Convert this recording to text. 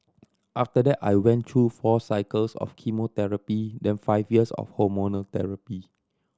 after that I went through four cycles of chemotherapy then five years of hormonal therapy